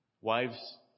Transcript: wives